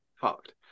fucked